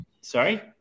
Sorry